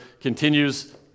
continues